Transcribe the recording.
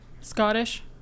Scottish